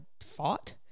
fought